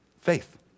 Faith